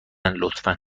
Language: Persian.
لطفا